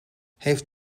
heeft